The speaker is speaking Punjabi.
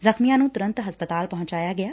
ਜਖ਼ਮੀਆਂ ਨੂੰ ਤੁਰੰਤ ਹਸਪਤਾਲ ਪਹੁੰਚਾਇਆ ਗਿਅ